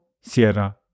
Sierra